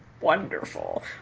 wonderful